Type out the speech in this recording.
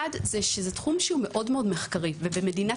א' זה תחום שהוא מאוד מאוד מחקרי ובמדינת